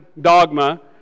dogma